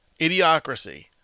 Idiocracy